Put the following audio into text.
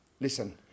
listen